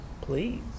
Please